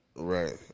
Right